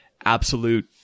absolute